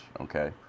Okay